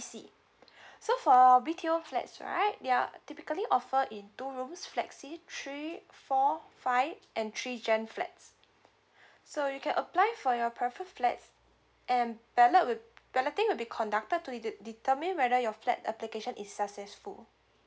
E_C so for B_T_O flats right they are typically offer in two rooms flexi three four five and three gen flats so you can apply for your prefer flats and ballot will balloting will be conducted to det~ determine whether your flat application is successful